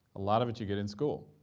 a lot of it you get in school.